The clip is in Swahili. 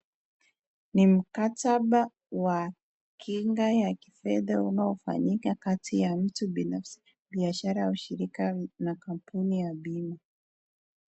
Ni mkataba wa kinga ya kifedha unaofanyika kati ya mtu binafsi, biashara, au shirika la kampuni ya Bima.